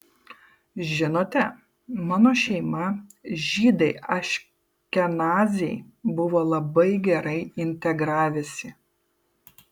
žinote mano šeima žydai aškenaziai buvo labai gerai integravęsi